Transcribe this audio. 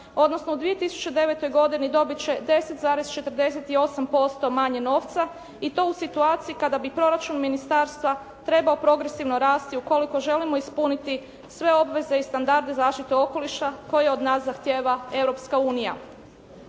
odnosno u 2009. godini dobit će 10,48% manje novca i to u situaciji kada bi proračun Ministarstva trebao progresivno rasti ukoliko želimo ispuniti sve obveze i standarde zaštite okoliša koje od nas zahtijeva Europska unija.